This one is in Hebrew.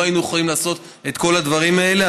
לא היינו יכולים לעשות את כל הדברים האלה.